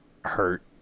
hurt